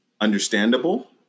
understandable